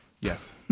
Yes